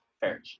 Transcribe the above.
fair